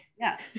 Yes